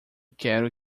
quero